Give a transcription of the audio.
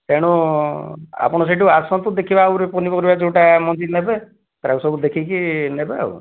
ତେଣୁ ଆପଣ ସେଠୁ ଆସନ୍ତୁ ଦେଖିବା ଆହୁରି ପନିପରିବା ଯେଉଁଟା ମଞ୍ଜି ନେବେ ସେଗୁଡ଼ା ସବୁ ଦେଖିକି ନେବେ ଆଉ